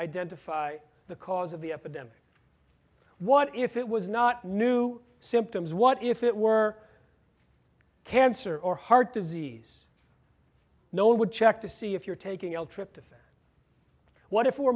identify the cause of the epidemic what if it was not new symptoms what if it were cancer or heart disease no would check to see if you're taking l trip of what if